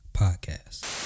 Podcast